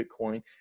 Bitcoin